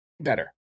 better